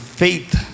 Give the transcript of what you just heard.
faith